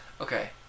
okay